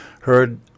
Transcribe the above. heard